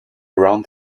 around